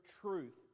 truth